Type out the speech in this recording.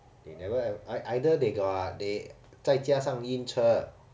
they never have ei~ either they got they 再加上晕车